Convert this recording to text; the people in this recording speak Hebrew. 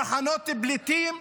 במחנות פליטים,